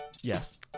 Yes